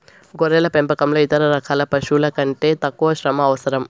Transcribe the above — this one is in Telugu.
గొర్రెల పెంపకంలో ఇతర రకాల పశువుల కంటే తక్కువ శ్రమ అవసరం